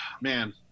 man